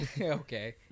Okay